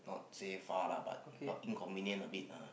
not say far lah but not inconvinient a bit lah